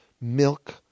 milk